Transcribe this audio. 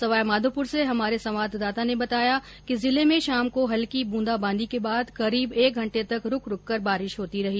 सवाईमाघोपुर से हमारे संवाददाता ने बताया कि जिले में शाम को हल्की ब्रंदा बांदी के बाद करीब एक घंटे तक रूक रूककर बारिश होती होती रही